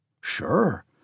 Sure